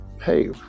hey